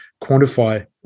quantify